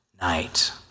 night